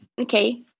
Okay